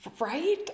right